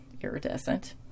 Iridescent